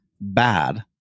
bad